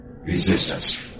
Resistance